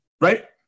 right